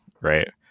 right